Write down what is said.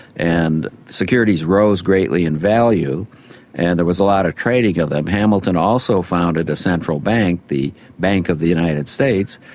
and securities rose greatly in value and there was a lot of trading of them. hamilton also founded a central bank, the bank of the united states,